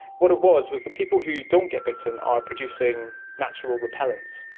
what it was was the people who don't get bitten are producing natural repellents.